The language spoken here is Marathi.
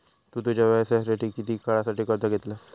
तु तुझ्या व्यवसायासाठी किती काळासाठी कर्ज घेतलंस?